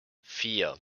vier